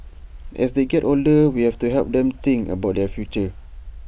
as they get older we have to help them think about their future